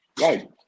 right